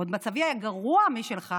מצבי עוד היה גרוע משלך,